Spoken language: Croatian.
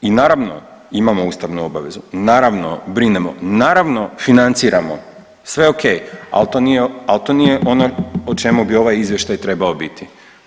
I naravno imamo ustavnu obavezu i naravno brinemo, naravno financiramo, sve ok, ali to, ali to nije ono o čemu bi ovaj izvještaj trebao biti.